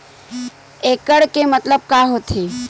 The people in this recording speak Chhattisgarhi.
एकड़ के मतलब का होथे?